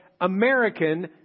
American